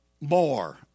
more